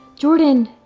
jordan,